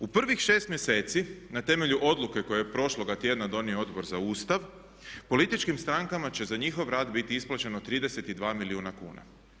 U prvih 6 mjeseci na temelju odluke koju je prošloga tjedna donio Odbor za Ustav političkim strankama će za njihov rad biti isplaćeno 32 milijuna kuna.